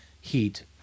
HEAT